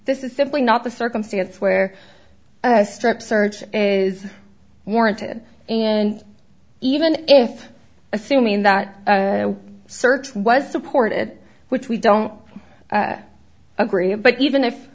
this is simply not the circumstance where a strip search is warranted and even if assuming that a search was support it which we don't agree but even if